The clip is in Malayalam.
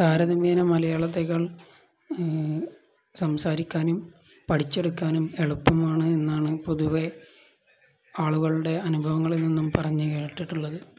താരതമ്യേന മലയാളത്തെക്കാൾ സംസാരിക്കാനും പഠിച്ചെടുക്കാനും എളുപ്പമാണ് എന്നാണു പൊതുവെ ആളുകളുടെ അനുഭവങ്ങളിൽ നിന്നും പറഞ്ഞുകേട്ടിട്ടുള്ളത്